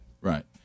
Right